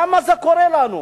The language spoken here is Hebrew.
למה זה קורה לנו?